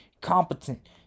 Competent